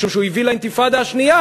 משום שהוא הביא לאינתיפאדה השנייה,